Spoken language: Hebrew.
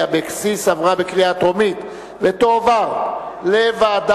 אבקסיס עברה בקריאה טרומית ותועבר לוועדת